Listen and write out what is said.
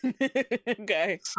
Okay